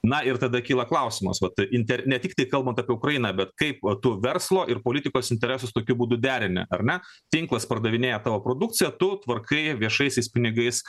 na ir tada kyla klausimas vat ir inter ne tiktai kalbant apie ukrainą bet kaip va du verslo ir politikos interesus tokiu būdu derini ar ne tinklas pardavinėja savo produkciją tu tvarkai viešaisiais pinigais